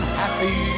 happy